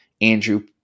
Andrew